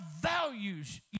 values